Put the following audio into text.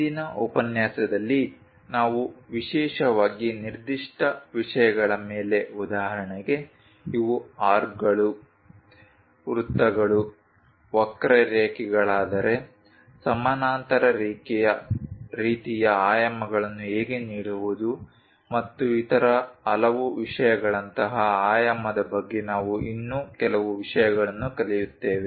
ಇಂದಿನ ಉಪನ್ಯಾಸದಲ್ಲಿ ನಾವು ವಿಶೇಷವಾಗಿ ನಿರ್ದಿಷ್ಟ ವಿಷಯಗಳ ಮೇಲೆ ಉದಾಹರಣೆಗೆ ಇವು ಆರ್ಕ್ಗಳು ವೃತ್ತಗಳು ವಕ್ರರೇಖೆಗಳಾದರೆ ಸಮಾನಾಂತರ ರೀತಿಯ ಆಯಾಮಗಳನ್ನು ಹೇಗೆ ನೀಡುವುದು ಮತ್ತು ಇತರ ಹಲವು ವಿಷಯಗಳಂತಹ ಆಯಾಮದ ಬಗ್ಗೆ ನಾವು ಇನ್ನೂ ಕೆಲವು ವಿಷಯಗಳನ್ನು ಕಲಿಯುತ್ತೇವೆ